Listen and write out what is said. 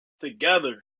together